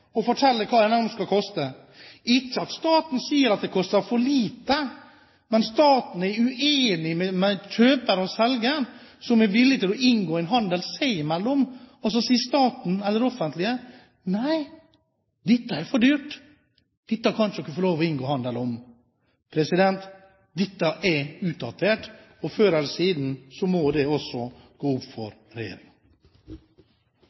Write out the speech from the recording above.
hva en eiendom skal koste. Staten sier ikke at det koster for lite, men staten er uenig med kjøper og selger når de er villige til å inngå en handel seg imellom. Staten eller det offentlige sier: Nei, dette er for dyrt – dette kan dere ikke få lov til å inngå handel om. Dette er utdatert. Før eller siden må det også gå opp for